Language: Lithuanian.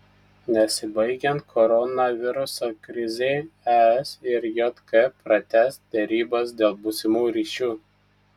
nesibaigiant koronaviruso krizei es ir jk pratęs derybas dėl būsimų ryšių